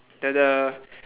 the the